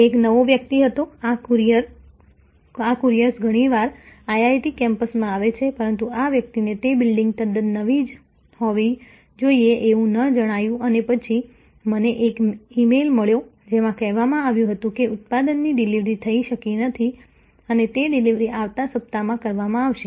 તે એક નવો વ્યક્તિ હતો આ કુરિયર્સ ઘણી વાર IIT કેમ્પસમાં આવે છે પરંતુ આ વ્યક્તિને તે બિલ્ડીંગ તદ્દન નવી જ હોવી જોઈએ એવું ન જણાયું અને પછી મને એક ઈમેઈલ મળ્યો જેમાં કહેવામાં આવ્યું હતું કે ઉત્પાદનની ડિલિવરી થઈ શકી નથી અને તે ડિલિવરી આવતા સપ્તાહમાં કરવામાં આવશે